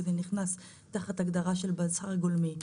וזה נכנס תחת הגדרה של בשר גולמי.